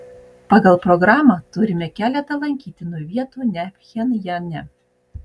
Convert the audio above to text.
pagal programą turime keletą lankytinų vietų ne pchenjane